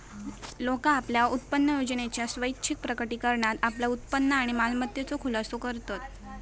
लोका आपल्या उत्पन्नयोजनेच्या स्वैच्छिक प्रकटीकरणात आपल्या उत्पन्न आणि मालमत्तेचो खुलासो करतत